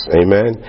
amen